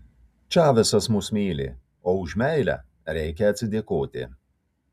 čavesas mus myli o už meilę reikia atsidėkoti